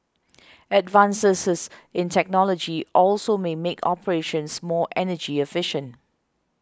advances in technology also may make operations more energy efficient